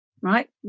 Right